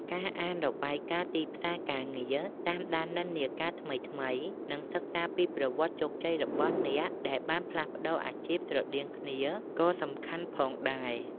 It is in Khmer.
ការអានរបាយការណ៍ទីផ្សារការងារ តាមដាននិន្នាការថ្មីៗ និងសិក្សាពីប្រវត្តិជោគជ័យរបស់អ្នកដែលបានផ្លាស់ប្តូរអាជីពស្រដៀងគ្នាក៏សំខាន់ផងដែរ។